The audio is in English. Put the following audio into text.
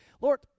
Lord